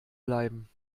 bleiben